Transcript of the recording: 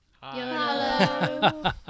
Hello